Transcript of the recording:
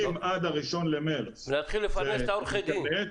אם עד ה-1 במרץ --- נתחיל לפרנס את עורכי דין.